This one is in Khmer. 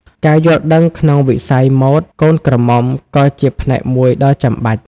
ការយល់ដឹងក្នុងវិស័យម៉ូដកូនក្រមុំក៏ជាផ្នែកមួយដ៏ចាំបាច់។